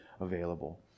available